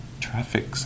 traffic